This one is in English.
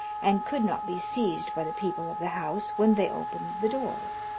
and could not be seized by the people of the house when they opened the door.